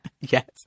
Yes